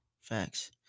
Facts